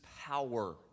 power